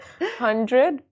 hundred